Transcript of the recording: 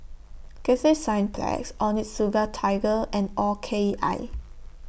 Cathay Cineplex Onitsuka Tiger and O K I